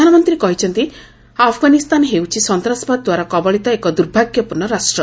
ପ୍ରଧାନମନ୍ତ୍ରୀ କହିଛନ୍ତି ଆଫ୍ଗାନିସ୍ତାନ ହେଉଛି ସନ୍ତାସବାଦ ଦ୍ୱାରା କବଳିତ ଏକ ଦୂର୍ଭାଗ୍ୟପୂର୍ଣ୍ଣ ରାଷ୍ଟ୍ର